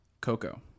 Coco